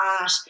art